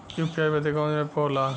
UPI बदे कवन app होला?